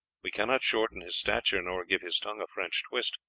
we cannot shorten his stature, nor give his tongue a french twist.